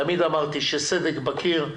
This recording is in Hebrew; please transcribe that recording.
תמיד אמרתי, שסדק בקיר,